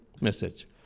message